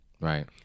Right